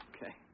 Okay